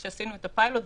כשעשינו את הפיילוט,